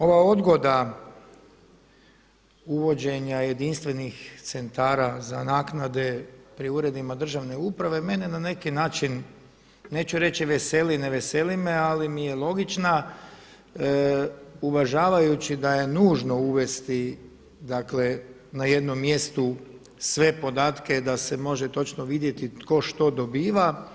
Ova odgoda uvođenja jedinstvenih centara za naknade pri uredima državne uprave, mene na neki način, neću reći veseli, ne veseli me, ali mi je logična uvažavajući da je nužno uvesti na jednom mjestu sve podatke da se može točno vidjeti tko što dobiva.